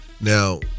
Now